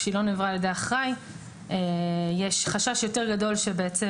כשהיא לא נעברה על ידי אחראי יש חשש יותר גדול שבעצם